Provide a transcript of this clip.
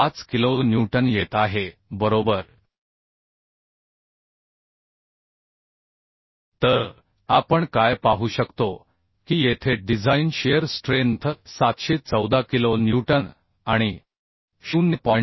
5 kilo newton येत आहे बरोबर तर आपण काय पाहू शकतो की येथे design shear strength 714 kilo newton आणि 0